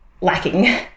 lacking